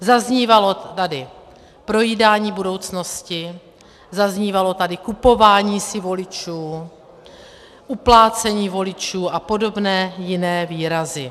Zaznívalo tady projídání budoucnosti, zaznívalo tady kupování si voličů, uplácení voličů a podobné jiné výrazy.